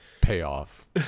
payoff